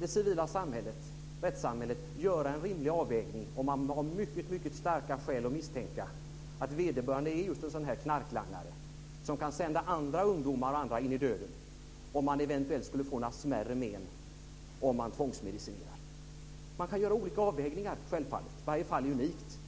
Det civila samhället - rättssamhället - får göra en rimlig avvägning om man har mycket starka skäl att misstänka att vederbörande är just en sådan knarklangare som kan sända ungdomar och andra in i döden. Eventuellt får han några smärre men om man tvångsmedicinerar. Man kan självfallet göra olika avvägningar. Varje fall är unikt.